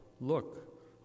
Look